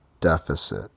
deficit